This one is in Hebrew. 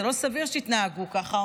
זה לא סביר שתתנהגו ככה,